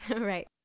Right